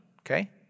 Okay